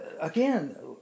again